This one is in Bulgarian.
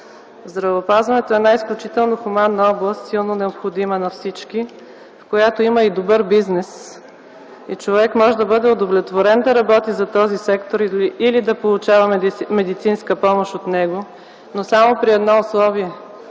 Здравеопазването е една изключително хуманна област, силно необходима на всички, в която има и добър бизнес. Човек може да бъде удовлетворен да работи за този сектор или да получава медицинска помощ от него, но само при едно условие